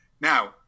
now